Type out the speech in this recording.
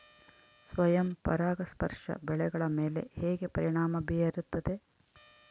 ಸ್ವಯಂ ಪರಾಗಸ್ಪರ್ಶ ಬೆಳೆಗಳ ಮೇಲೆ ಹೇಗೆ ಪರಿಣಾಮ ಬೇರುತ್ತದೆ?